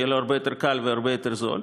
יהיה לו הרבה יותר קל והרבה יותר זול.